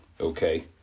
Okay